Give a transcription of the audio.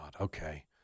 okay